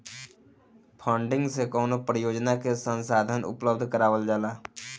funding से कवनो परियोजना के संसाधन उपलब्ध करावल जाला